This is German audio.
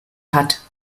hat